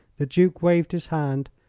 the duke waved his hand,